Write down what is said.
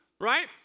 right